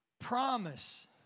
Promise